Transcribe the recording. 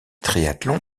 triathlon